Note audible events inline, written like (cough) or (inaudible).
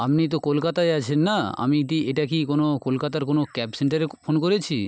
আপনি তো কলকাতায় আছেন না আমি (unintelligible) এটা কি কোনো কলকাতার কোনো ক্যাব সেন্টারে ফোন করেছি